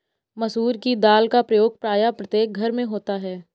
मसूर की दाल का प्रयोग प्रायः प्रत्येक घर में होता है